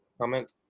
comment